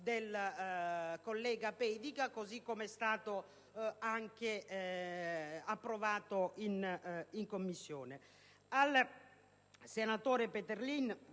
dal collega Pedica, così com'è stato approvato in Commissione.